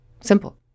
simple